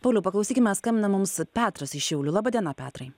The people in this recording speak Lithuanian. pauliau paklausykime skambina mums petras iš šiaulių laba diena petrai